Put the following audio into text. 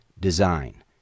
Design